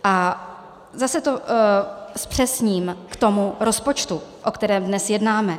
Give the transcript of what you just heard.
A zase to zpřesním k tomu rozpočtu, o kterém dnes jednáme.